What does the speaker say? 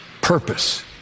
purpose